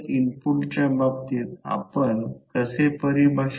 तर हा min path घेईल